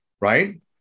right